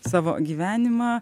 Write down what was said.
savo gyvenimą